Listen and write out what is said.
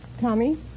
Tommy